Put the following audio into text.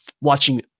watching